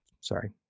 Sorry